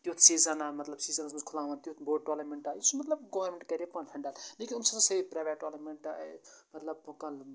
تیُتھ سیٖزَنا مَطلَب سیٖزَنس مَنٛز کھُلاون تیُتھ بوٚڑ ٹورنمینٹا یُس مَطلب گورمنٹ کَرے پانہٕ ہینڈل لیکِن یِم چھِنہٕ سٲری پریویٹ ٹورنَمیٚنٹ مطلَب کہ